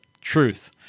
truth